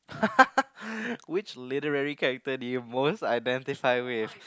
which literary character do you most identify with